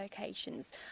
locations